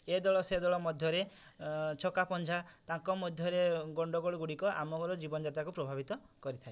ଏ ଦଳ ସେ ଦଳ ମଧ୍ୟରେ ଛକା ପଞ୍ଝା ତାଙ୍କ ମଧ୍ୟରେ ଗଣ୍ଡଗୋଳଗୁଡ଼ିକ ଆମର ଜୀବନ ଯାତ୍ରାକୁ ପ୍ରଭାବିତ କରିଥାଏ